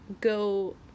go